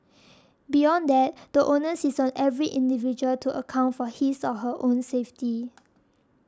beyond that the onus is on every individual to account for his or her own safety